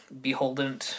beholden